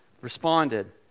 responded